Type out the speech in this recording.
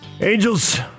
Angels